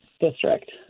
district